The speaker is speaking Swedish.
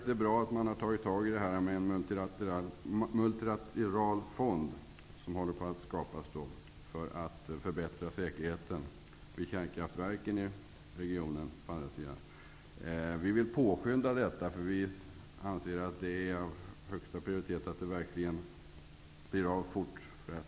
Det är bra att man håller på att skapa en multilateral fond för att förbättra säkerheten vid kärnkraftverken i regionen på andra sidan Östersjön. Vi vill påskynda detta arbete, för vi anser att det är av högsta prioritet att fonden verkligen fort blir av.